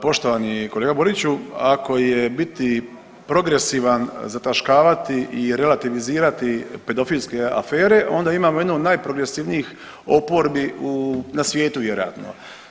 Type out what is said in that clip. Poštovani kolega Boriću ako je biti progresivan zataškavati i relativizirati pedofilske afere onda imamo jednu od najprogresivnijih oporbi u, na svijetu vjerojatno.